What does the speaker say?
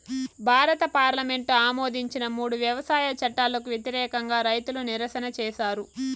భారత పార్లమెంటు ఆమోదించిన మూడు వ్యవసాయ చట్టాలకు వ్యతిరేకంగా రైతులు నిరసన చేసారు